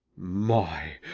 my,